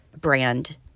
brand